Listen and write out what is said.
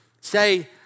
say